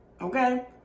okay